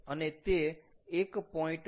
અને તે 1